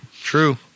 true